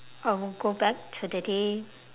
I will go back to the day